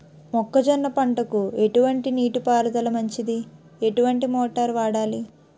మొక్కజొన్న పంటకు ఎటువంటి నీటి పారుదల మంచిది? ఎటువంటి మోటార్ వాడాలి?